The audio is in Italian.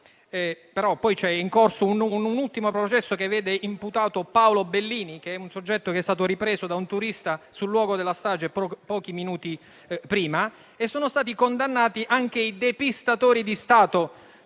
ma è in corso un ultimo processo che vede imputato Paolo Bellini, che è un soggetto che è stato ripreso da un turista sul luogo della strage pochi minuti prima. Sono stati poi condannati anche i depistatori di Stato,